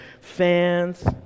fans